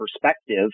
perspective